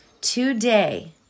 Today